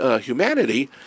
humanity